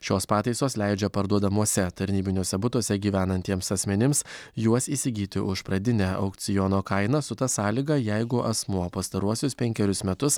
šios pataisos leidžia parduodamuose tarnybiniuose butuose gyvenantiems asmenims juos įsigyti už pradinę aukciono kainą su ta sąlyga jeigu asmuo pastaruosius penkerius metus